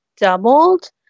doubled